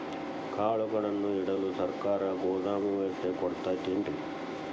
ಕಾಳುಗಳನ್ನುಇಡಲು ಸರಕಾರ ಗೋದಾಮು ವ್ಯವಸ್ಥೆ ಕೊಡತೈತೇನ್ರಿ?